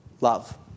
Love